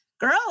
girl